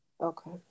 Okay